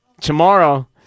Tomorrow